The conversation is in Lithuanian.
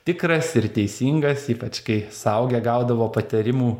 tikras ir teisingas ypač kai suaugę gaudavo patarimų